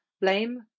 blame